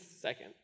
second